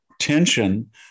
tension